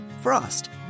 Frost